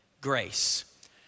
grace